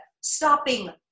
stopping